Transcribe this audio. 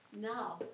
now